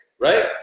right